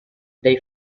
they